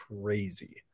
crazy